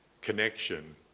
connection